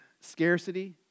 scarcity